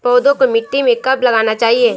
पौधें को मिट्टी में कब लगाना चाहिए?